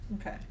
Okay